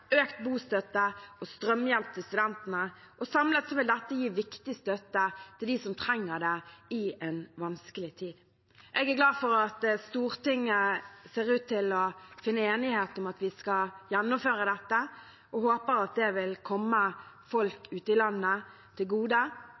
økt bostøtte og strømhjelp til studentene. Samlet vil dette gi viktig støtte til dem som trenger det i en vanskelig tid. Jeg er glad for at Stortinget ser ut til å finne enighet om at vi skal gjennomføre dette, og jeg håper at det vil komme folk ute i landet til gode.